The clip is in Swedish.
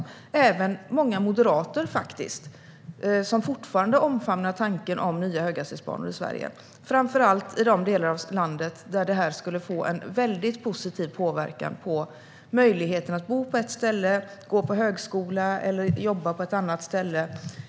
Det finns faktiskt även många moderater som fortfarande omfamnar tanken om nya höghastighetsbanor i Sverige, framför allt i de delar av landet där det skulle få en väldigt positiv påverkan på möjligheten att bo på ett ställe och gå på högskola eller jobba på ett annat ställe.